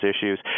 issues